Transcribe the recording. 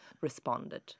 responded